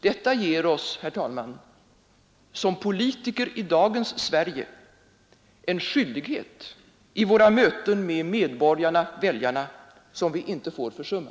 Detta ger oss, herr talman, som politiker i dagens Sverige en skyldighet i våra möten med medborgarna-väljarna som vi inte får försumma.